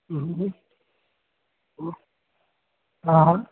हा हा